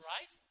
Right